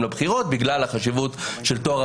מוכרים שיש להם מבני ציבור ביישובים שלהם לא יוכלו למסור כתובת,